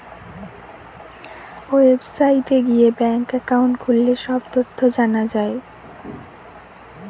ওয়েবসাইটে গিয়ে bank account খুললে সব তথ্য জানা যায়